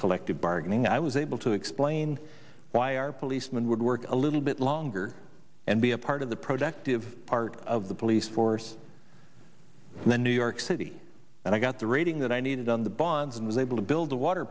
collective bargaining i was able to explain why our policeman would work a little bit longer and be a part of the productive part of the police force and the new york city and i got the rating that i needed on the bonds and was able to build a water